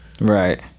Right